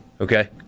Okay